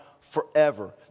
forever